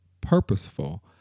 purposeful